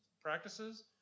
practices